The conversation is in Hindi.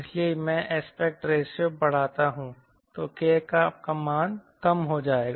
इसलिए यदि मैं एस्पेक्ट रेशियो बढ़ाता हूं तो K का मान कम हो जाएगा